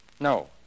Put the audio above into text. No